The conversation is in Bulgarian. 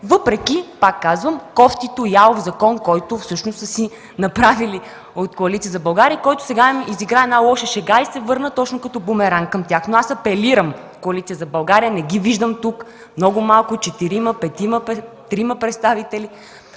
въпреки този ялов закон, който са си направили от Коалиция за България и който сега им изигра една лоша шега и се върна като бумеранг към тях. Апелирам към Коалиция за България (не ги виждам тук, много са малко, четирима, петима, трима представители)